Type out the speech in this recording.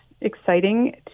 exciting